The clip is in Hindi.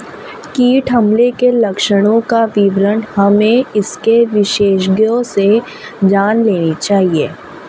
कीट हमले के लक्षणों का विवरण हमें इसके विशेषज्ञों से जान लेनी चाहिए